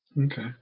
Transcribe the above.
Okay